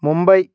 Mumbai